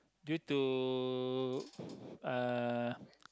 due to uh